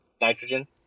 nitrogen